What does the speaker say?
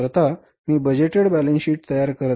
तर आता मी बजेटेड बॅलन्स शीट तयार करत आहे